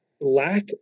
lack